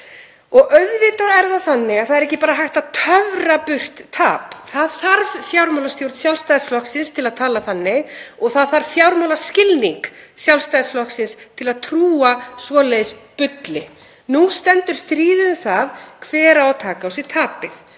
og auðvitað er það þannig að það er ekki bara hægt að töfra burtu tap. Það þarf fjármálastjórn Sjálfstæðisflokksins til að tala þannig og það þarf fjármálaskilning Sjálfstæðisflokksins til að trúa svoleiðis bulli. Nú stendur stríðið um það hver á að taka á sig tapið